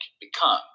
become